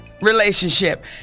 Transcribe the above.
Relationship